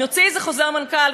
נוציא איזה חוזר מנכ"ל,